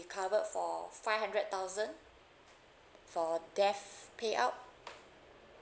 covered for five hundred thousand for death payout